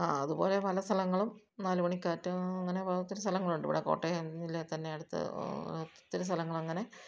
അതുപോലെ പല സ്ഥലങ്ങളും നാലു മണിക്കാറ്റ് അങ്ങനെ ഒത്തിരി സ്ഥലങ്ങലുണ്ട് ഇവിടെ കോട്ടയം ജില്ലയിൽ തന്നെ അടുത്ത് ഒത്തിരി സ്ഥലങ്ങളങ്ങനെ